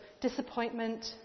disappointment